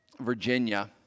Virginia